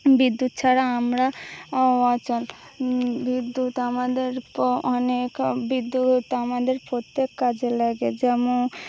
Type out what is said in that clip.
বিদ্যুৎ ছাড়া আমরা অচল বিদ্যুৎ আমাদের অনেক বিদ্যুৎ আমাদের প্রত্যেক কাজে লাগে যেমন